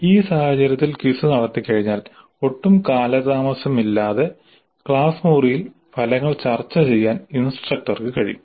ഈ സാഹചര്യത്തിൽ ക്വിസ് നടത്തിക്കഴിഞ്ഞാൽ ഒട്ടും കാലതാമസമില്ലാതെ ക്ലാസ് മുറിയിൽ ഫലങ്ങൾ ചർച്ച ചെയ്യാൻ ഇൻസ്ട്രക്ടർക്ക് കഴിയും